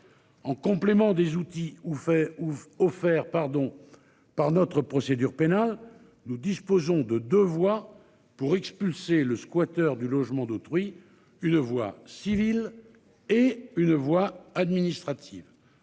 En complément des outils ou fait ou offert pardon. Par notre procédure pénale. Nous disposons de devoir pour expulser le squatteur du logement d'autrui une voie civile. Et une voie administrative